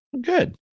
Good